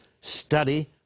study